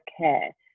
care